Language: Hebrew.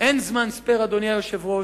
אין זמן ספייר, אדוני היושב-ראש.